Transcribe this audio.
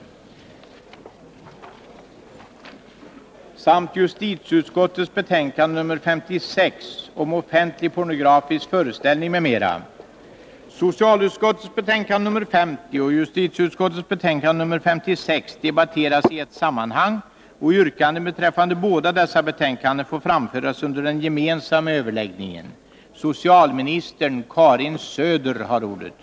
Voteringarna äger rum i ett sammanhang efter avslutad debatt. Först upptas alltså utbildningsutskottets betänkande 28 om forskning. I fråga om detta betänkande hålls gemensam överläggning: för samtliga punkter.